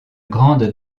grande